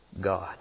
God